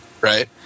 right